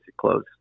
clothes